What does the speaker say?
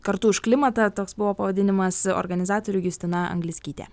kartu už klimatą toks buvo pavadinimas organizatorių justina anglickytė